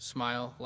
Smile